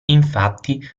infatti